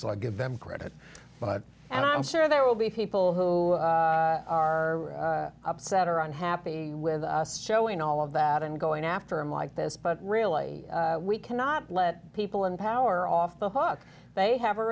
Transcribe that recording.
so i give them credit but and i'm sure there will be people who are upset or unhappy with us showing all of that and going after him like this but really we cannot let people in power off the hook they have a